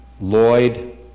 Lloyd